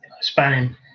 spanning –